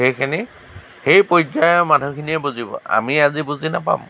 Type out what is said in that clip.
সেইখিনি এই পৰ্য্য়ায়ৰ মানুহখিনিয়ে বুজিব আমি আজি বুজি নাপাম